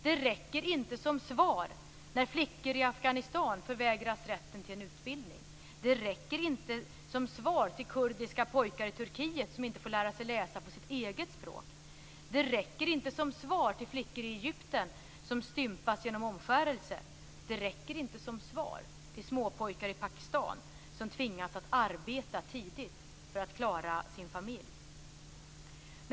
Det räcker inte som svar när flickor i Afghanistan förvägras rätten till en utbildning. Det räcker inte som svar till kurdiska pojkar i Turkiet som inte får lära sig läsa på sitt eget språk. Det räcker inte som svar till flickor i Egypten som stympas genom omskärelse. Det räcker inte som svar till småpojkar i Pakistan som tvingas att arbeta tidigt för att klara sin familj.